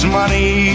money